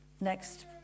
Next